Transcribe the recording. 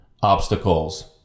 obstacles